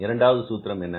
இரண்டாவது சூத்திரம் என்ன